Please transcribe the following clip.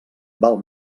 val